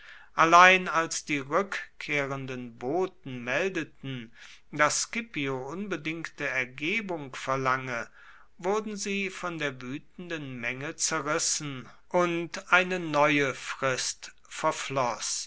allein als die rückkehrenden boten meldeten daß scipio unbedingte ergebung verlange wurden sie von der wütenden menge zerrissen und eine neue frist